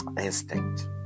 instinct